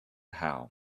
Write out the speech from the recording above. how